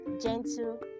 gentle